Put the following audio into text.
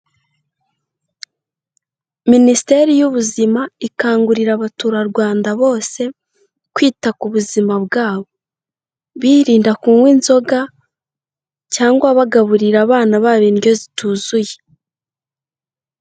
Minisiteri y'ubuzima ikangurira abaturarwanda bose kwita ku buzima bwabo, birinda kunywa inzoga cyangwa bagaburira abana babo indyo zituzuye.